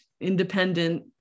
independent